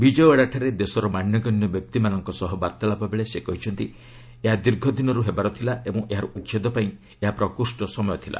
ବିଜୟଓ୍ୱାଡା ଠାରେ ଦେଶର ମାନ୍ୟଗଣ୍ୟ ବ୍ୟକ୍ତିମାନଙ୍କ ସହ ବାର୍ତ୍ତାଳାପ ବେଳେ ସେ କହିଛନ୍ତି ଏହା ଦୀର୍ଘ ଦିନରୁ ହେବାର ଥିଲା ଓ ଏହାର ଉଚ୍ଛେଦ ପାଇଁ ଏହା ପ୍ରକୃଷ୍ଟ ସମୟ ଥିଲା